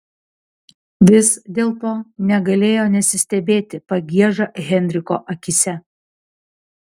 vis dėlto negalėjo nesistebėti pagieža henriko akyse